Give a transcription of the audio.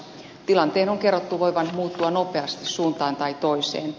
tilanteen on kerrottu voivan muuttua nopeasti suuntaan tai toiseen